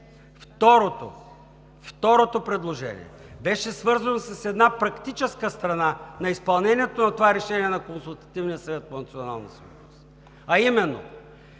Второто предложение беше свързано с една практическа страна на изпълнение на това решение на Консултативния съвет по национална сигурност, а именно,